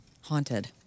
Haunted